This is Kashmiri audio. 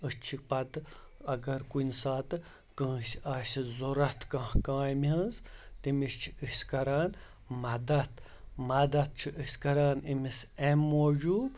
أسۍ چھِ پَتہٕ اگر کُنہِ ساتہٕ کٲنٛسہِ آسہِ ضرورَت کانٛہہ کامہِ ہِنٛز تٔمِس چھِ أسۍ کَران مَدد مَدد چھِ اسۍ کَران أمِس اَمہِ موٗجوٗب